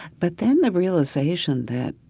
but then the realization that,